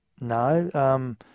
No